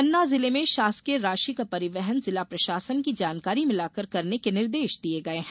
पन्ना जिले में शासकीय राशि का परिवहन जिला प्रशासन की जानकारी में लाकर करने के निर्देश दिये गये हैं